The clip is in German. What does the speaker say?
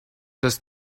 das